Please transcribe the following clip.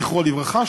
זכרו לברכה,